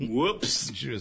Whoops